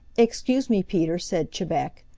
excuse me, peter, said chebec,